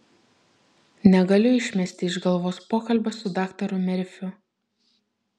negaliu išmesti iš galvos pokalbio su daktaru merfiu